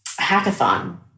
hackathon